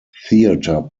theatre